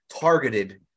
targeted